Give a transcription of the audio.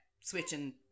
switching